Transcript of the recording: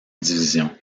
division